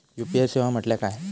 UPI सेवा म्हटल्या काय?